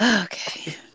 Okay